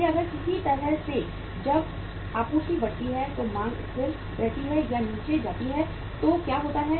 इसलिए अगर किसी तरह से जब आपूर्ति बढ़ती है तो मांग स्थिर रहती है या नीचे जाती है तो क्या होता है